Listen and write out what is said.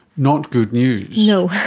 not good news. no.